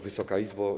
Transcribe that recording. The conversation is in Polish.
Wysoka Izbo!